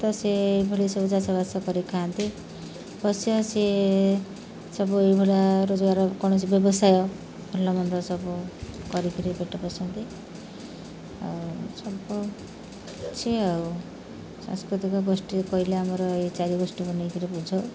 ତ ସେ ଏଇଭଳି ସବୁ ଚାଷବାସ କରିଥାଆନ୍ତି ବସିବା ସିଏ ସବୁ ଏଇଭଳିଆ ରୋଜଗାର କୌଣସି ବ୍ୟବସାୟ ଭଲ ମନ୍ଦ ସବୁ କରିକିରି ପେଟ କରୁଛନ୍ତି ଆଉ ସବୁ ଅଛି ଆଉ ସାଂସ୍କୃତିକ ଗୋଷ୍ଠୀ କହିଲେ ଆମର ଏଇ ଚାରି ଗୋଷ୍ଠୀକୁ ନେଇ କରି ବୁଝାଉ